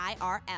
IRL